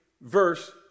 verse